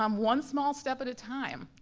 um one small step at a time.